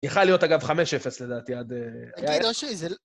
יכל להיות אגב 5-0 לדעתי עד... כן, תגיד אושי, זה...